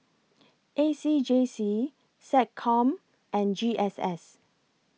A C J C Seccom and G S S